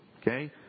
Okay